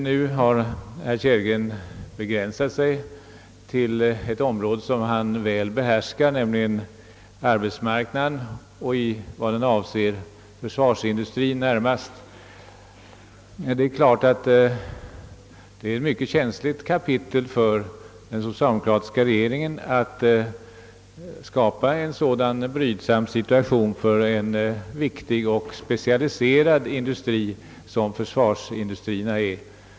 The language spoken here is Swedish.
Nu har herr Kellgren begränsat sig till ett område, som han väl behärskar, nämligen arbetsmarknaden och då även försvarsindustrien. Det är klart att det är ett mycket känsligt kapitel för den socialdemokratiska regeringen när den skapar en sådan brydsam situation för en så viktig och specialiserad industri som försvarsindustrien är.